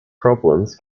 problems